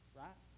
right